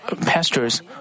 pastors